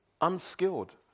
Unskilled